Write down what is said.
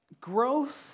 Growth